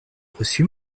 reçu